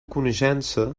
coneixença